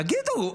תגידו,